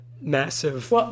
massive